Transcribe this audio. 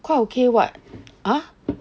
quite ok [what] ah